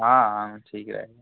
हाँ हाँ ठीक है